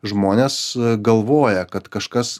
žmonės galvoja kad kažkas